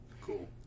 Cool